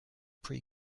pre